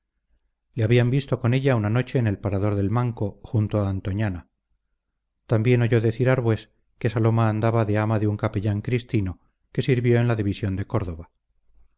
le habían visto con ella una noche en el parador del manco junto a antoñana también oyó decir arbués que saloma andaba de ama de un capellán cristino que sirvió en la división de córdoba